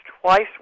twice